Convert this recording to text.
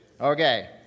Okay